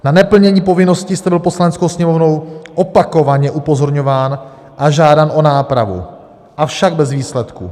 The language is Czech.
Na neplnění povinností jste byl Poslaneckou sněmovnou opakovaně upozorňován a žádán o nápravu, avšak bez výsledku.